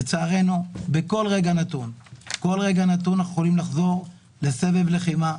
לצערנו בכל רגע נתון אנחנו יכולים לחזור לסבב לחימה,